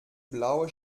blaue